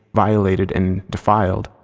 violated, and defiled,